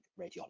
radiology